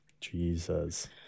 Jesus